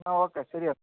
ആ ഓക്കെ ശരിയെ